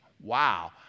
Wow